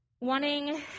wanting